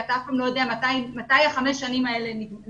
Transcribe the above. כי אתה אף פעם לא יודע מתי חמש השנים האלה נגמרות,